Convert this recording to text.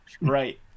right